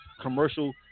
commercial